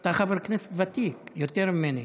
אתה חבר כנסת ותיק יותר ממני.